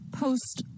post